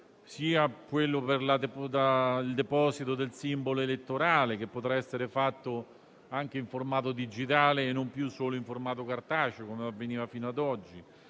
quello relativo al deposito del simbolo elettorale, che potrà essere presentato anche in formato digitale e non più solo in formato cartaceo (come avveniva fino ad oggi).